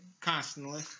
Constantly